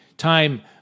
time